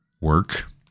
work